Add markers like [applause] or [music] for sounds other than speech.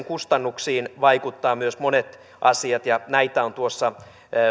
[unintelligible] kustannuksiin vaikuttavat monet asiat ja näitä on tuossa